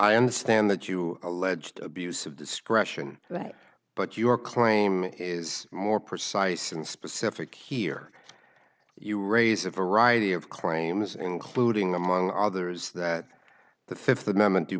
i understand that you alleged abuse of discretion right but your claim is more precise and specific here you raise a variety of claims including among others that the fifth amendment due